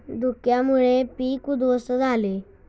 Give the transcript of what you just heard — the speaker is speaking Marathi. धुक्यामुळे पीक उध्वस्त झाले